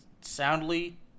soundly